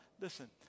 listen